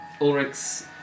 Ulrich's